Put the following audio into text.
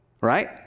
right